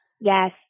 Yes